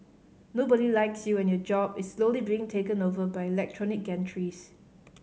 nobody likes you and your job is slowly being taken over by electronic gantries